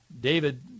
David